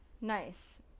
Nice